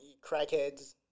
crackheads